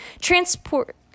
transport